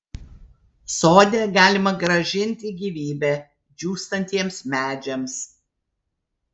sode galima grąžinti gyvybę džiūstantiems medžiams